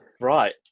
Right